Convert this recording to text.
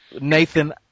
Nathan